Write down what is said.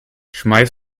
schmeiß